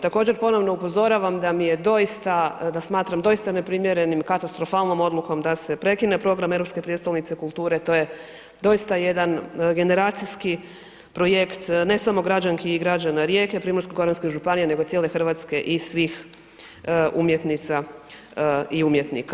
Također, ponovno upozoravam da mi je doista, da smatram doista neprimjerenim katastrofalnom odlukom da se prekine program Europske prijestolnice kulture, to je doista jedan generacijski projekt ne samo građanki i građana Rijeke, Primorsko-goranske županije nego i cijele Hrvatske i svih umjetnica i umjetnika.